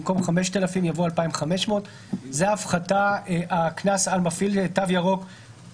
במקום 10,000 יבוא 5,000. זה הקנס החדש למקום מעל 500 מטרים רבועים.